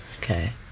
Okay